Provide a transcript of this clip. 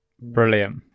Brilliant